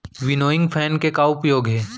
Winnowing fan के का उपयोग हे?